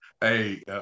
Hey